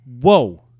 whoa